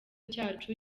cyacu